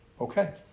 Okay